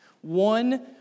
One